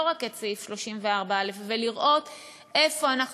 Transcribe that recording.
לא רק את סעיף 34(א) ולראות איפה אנחנו